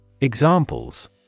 Examples